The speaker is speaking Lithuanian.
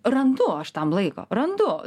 randu aš tam laiko randu